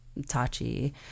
Tachi